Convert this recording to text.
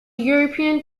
european